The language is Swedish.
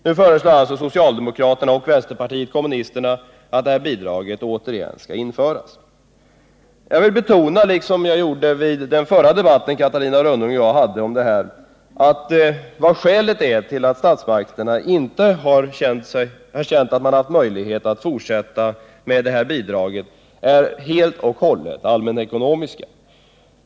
Nu föreslår alltså socialdemokraterna och vänsterpartiet kommunisterna att bidraget återigen skall införas. Jag vill betona, som jag gjorde i den förra debatten som Catarina Rönnung och jag hade, att skälen till att statsmakterna inte har ansett sig kunna fortsätta att lämna bidraget helt och hållet är allmänekonomiska.